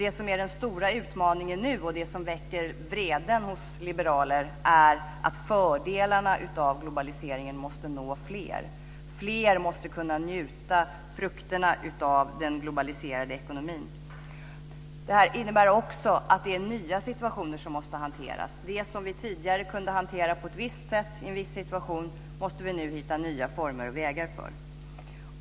Det som är den stora utmaningen nu, och det som väcker vreden hos liberaler är att fördelarna med globaliseringen inte når fler. Det måste de göra. Fler måste kunna njuta frukterna av den globaliserade ekonomin. Detta innebär också att nya situationer måste hanteras. Det som vi tidigare kunde hantera på ett visst sätt i en viss situation måste vi nu hitta nya former och vägar för.